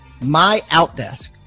MyOutDesk